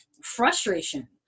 frustration